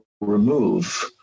remove